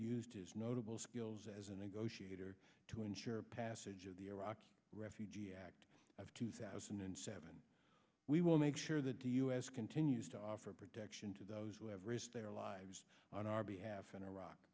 used his notable skills as a negotiator to ensure passage of the iraq refugee act of two thousand and seven we will make sure that the u s continues to offer protection to those who have risked their lives on our behalf i